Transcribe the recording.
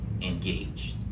engaged